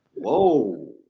Whoa